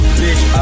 bitch